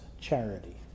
charity